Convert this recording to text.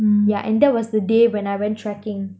yeah and that was the day when I went trekking